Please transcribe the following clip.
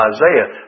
Isaiah